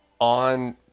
on